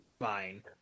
fine